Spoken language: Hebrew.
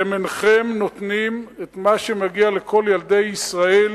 אתם אינכם נותנים את מה שמגיע לכל ילדי ישראל,